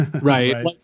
Right